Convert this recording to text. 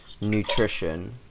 nutrition